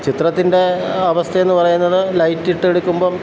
ചിത്രത്തിൻ്റെ അവസ്ഥയെന്നു പറയുന്നത് ലൈറ്റ് ഇട്ട് എടുക്കുമ്പം